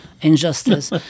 Injustice